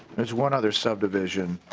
there's one other subdivision.